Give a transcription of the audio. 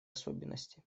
особенности